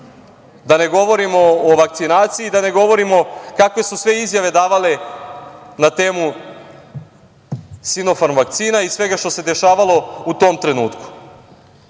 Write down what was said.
Da ne govorim o vackinaciji i da ne govorim kakve su sve izjave davali na temu „Sinofarm“ vakcina i svega što se dešavalo u tom trenutku. Složićete